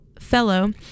Fellow